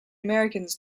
americans